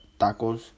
Tacos